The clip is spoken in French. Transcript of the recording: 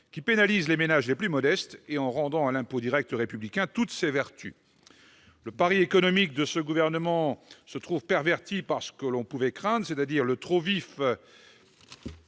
qui pénalisent les ménages les plus modestes, et en rendant à l'impôt direct républicain toutes ses vertus. Le pari économique de ce gouvernement se trouve perverti par ce que l'on pouvait craindre, c'est-à-dire par le trop vif